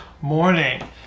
morning